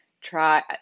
try